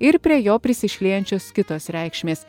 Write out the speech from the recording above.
ir prie jo prisišliejančios kitos reikšmės